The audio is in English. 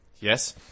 Yes